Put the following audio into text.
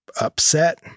upset